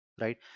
right